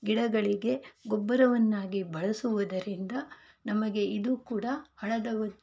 ಗಿಡಗಳಿಗೆ ಗೊಬ್ಬರವನ್ನಾಗಿ ಬಳಸುವುದರಿಂದ ನಮಗೆ ಇದು ಕೂಡ ಹಣದ